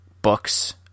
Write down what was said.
books